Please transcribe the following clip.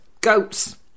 Goats